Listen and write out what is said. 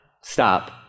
Stop